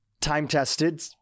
time-tested